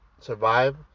Survive